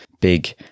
big